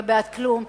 ולא בעד כלום.